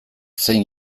zein